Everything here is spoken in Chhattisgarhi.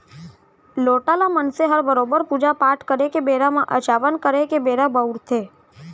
लोटा ल मनसे हर बरोबर पूजा पाट करे के बेरा म अचावन करे के बेरा बउरथे